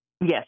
Yes